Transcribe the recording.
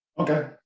Okay